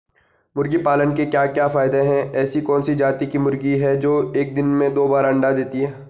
मुर्गी पालन के क्या क्या फायदे हैं ऐसी कौन सी जाती की मुर्गी है जो एक दिन में दो बार अंडा देती है?